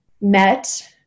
met